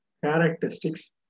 characteristics